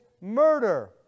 murder